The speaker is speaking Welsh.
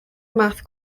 math